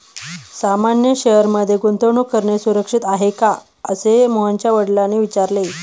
सामान्य शेअर मध्ये गुंतवणूक करणे सुरक्षित आहे का, असे मोहनच्या वडिलांनी विचारले